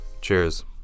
Cheers